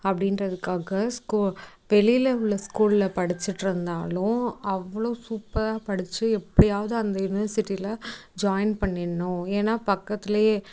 அப்படின்றதுக்காக வெளியில் உள்ள ஸ்கூலில் படிச்சுட்டுருந்தாலும் அவ்வளோ சூப்பராக படித்து எப்படியாவது அந்த யுனிவர்சிட்டியில் ஜாயின் பண்ணிடணும் ஏன்னா பக்கத்துலேயே